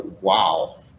wow